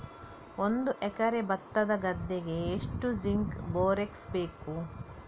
ಒಂದು ಎಕರೆ ಭತ್ತದ ಗದ್ದೆಗೆ ಎಷ್ಟು ಜಿಂಕ್ ಬೋರೆಕ್ಸ್ ಬೇಕು?